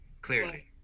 Clearly